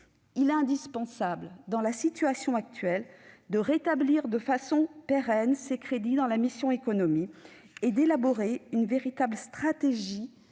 Il est indispensable, dans la situation actuelle, de rétablir de façon pérenne ces crédits et d'élaborer une véritable stratégie